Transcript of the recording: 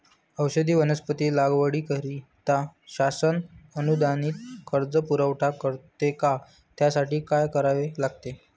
औषधी वनस्पती लागवडीकरिता शासन अनुदानित कर्ज पुरवठा करते का? त्यासाठी काय करावे लागेल?